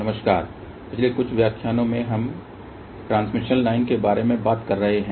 नमस्कार पिछले कुछ व्याख्यानों में हम ट्रांसमिशन लाइन के बारे में बात कर रहे हैं